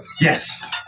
Yes